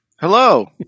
Hello